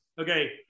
okay